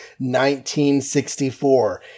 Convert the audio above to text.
1964